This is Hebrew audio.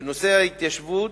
בנושא ההתיישבות,